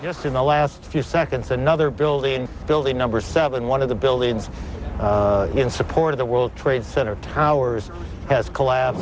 just in the last few seconds another building building number seven one of the buildings in support of the world trade center towers has collapse